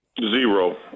Zero